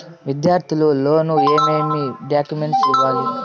విద్యార్థులు లోను ఏమేమి డాక్యుమెంట్లు ఇవ్వాలి?